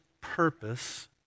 purpose